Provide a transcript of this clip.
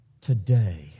today